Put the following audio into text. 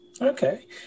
Okay